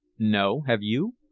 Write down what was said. no. have you?